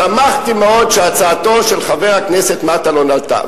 שמחתי מאוד שהצעתו של חבר הכנסת מטלון עלתה.